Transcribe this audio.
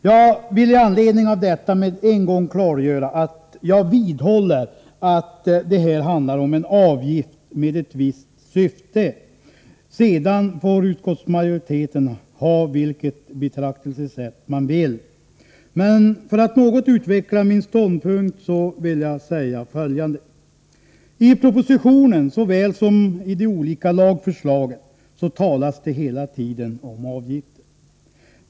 Jag vill i anledning av detta med en gång klargöra att jag vidhåller att det handlar om en avgift med ett visst syfte — sedan får utskottsmajoriteten ha vilket betraktelsesätt man vill. Men för att något utveckla min ståndpunkt vill jag säga följande. I propositionen, såväl som i de olika lagförslagen, talas det hela tiden om avgifter.